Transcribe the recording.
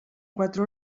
quatre